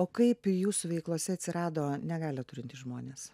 o kaip jūsų veiklose atsirado negalią turintys žmonės